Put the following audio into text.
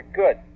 good